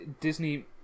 Disney